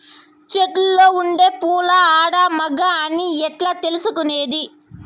చెట్టులో ఉండే పూలు ఆడ, మగ అని ఎట్లా తెలుసుకునేది?